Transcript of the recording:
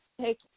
take